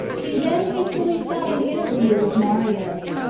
he then hastily sought an interview with marius,